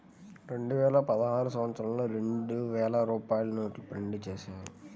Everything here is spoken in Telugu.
రెండువేల పదహారు సంవత్సరంలో రెండు వేల రూపాయల నోట్లు ప్రింటు చేశారు